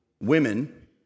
women